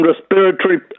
respiratory